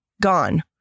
gone